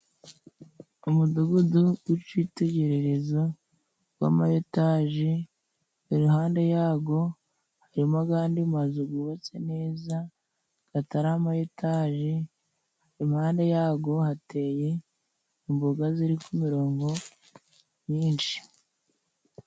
Umudugudu w'icitegererezo gw'amaetaji iruhande yago harimo agandi mazu gubatse neza gatari amaetage, impande hateye imboga ziri ku mirongo myinshi.